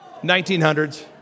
1900s